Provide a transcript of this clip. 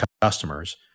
customers